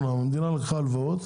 אומנם - המדינה לקחה הלוואות,